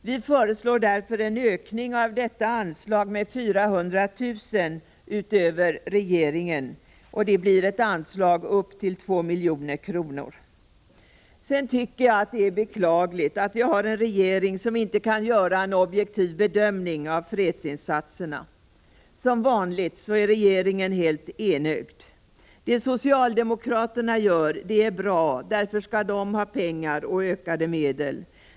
Vi föreslår därför en ökning av detta anslag med 400 000 kr. utöver regeringens förslag, vilket betyder ett anslag på 2 milj.kr. Jag tycker att det är beklagligt att vi har en regering som inte kan göra en objektiv bedömning av fredsinsatserna. Som vanligt är regeringen helt enögd. Det socialdemokraterna gör är bra, och därför skall de ha pengar och ökade medel.